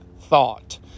thought